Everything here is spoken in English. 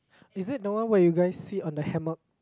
is it the one where you guys sit on the hammock